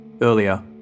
Earlier